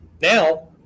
Now